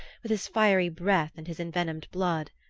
with his fiery breath and his envenomed blood.